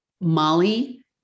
Molly